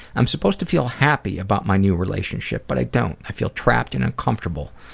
i'm supposed to feel happy about my new relationship but i don't. i feel trapped and uncomfortable.